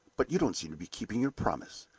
but you don't seem to be keeping your promise.